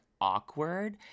awkward